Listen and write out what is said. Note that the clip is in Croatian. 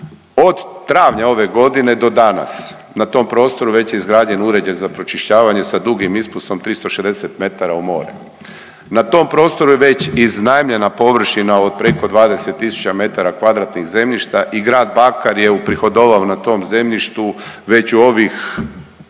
Od travnja ove godine do danas na tom prostoru već je izgrađen uređaj sa pročišćavanje sa dugim ispustom, 360 m u more. Na tom prostoru je već iznajmljena površina od preko 20 tisuća metara kvadratnih zemljišta i Grad Bakar je uprihodovao na tom zemljištu već u ovih